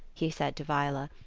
he said to viola,